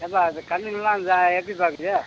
ஏன்ப்பா இந்த கன்னுங்கின்னுலாம் இந்த எப்படிப்பா இருக்குது